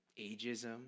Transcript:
ageism